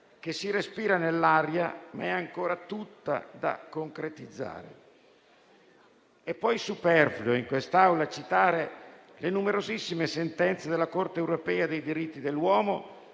che si respira nell'aria, ma è ancora tutta da concretizzare. Se è superfluo in quest'Aula citare le numerosissime sentenze della Corte europea dei diritti dell'uomo